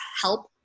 help